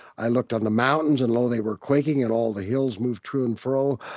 i looked on the mountains, and lo, they were quaking, and all the hills moved to and fro.